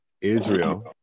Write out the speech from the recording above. Israel